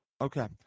Okay